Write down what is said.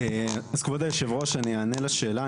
כבוד היושב-ראש אני אענה לשאלה,